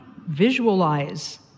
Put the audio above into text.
visualize